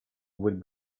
would